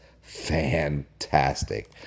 fantastic